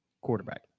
quarterback